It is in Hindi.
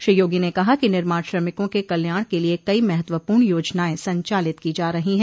श्री योगी ने कहा कि निर्माण श्रमिकों के कल्याण के लिये कई महत्वपूर्ण योजनाएं संचालित की जा रही है